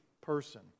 person